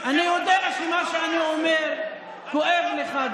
אני יודע שמה שאני אומר כואב לך,